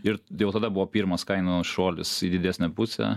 ir jau tada buvo pirmas kainų šuolis į didesnę pusę